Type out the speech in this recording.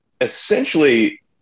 essentially